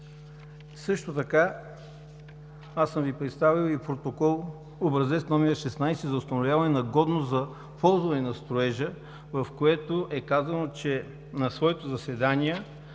Също така съм Ви представил и Протокол Образец № 16 за установяване на годност за ползване на строежа, в който е казано, че на своето заседание